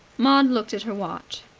maud looked at her watch.